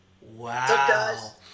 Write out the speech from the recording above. Wow